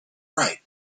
right